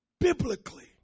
biblically